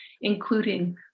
including